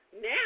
now